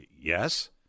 yes